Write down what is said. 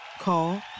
Call